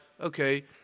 Okay